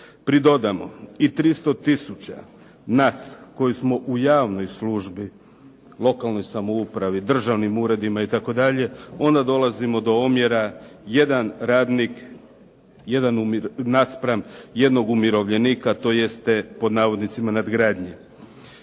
pridodamo i 300 tisuća nas koji smo u javnoj službi, lokalnoj samoupravi, državnim uredima itd., onda dolazimo do omjera 1 radnik naspram jednog umirovljenika, tj. pod navodnicima nadgradnji.